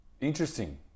interesting